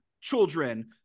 children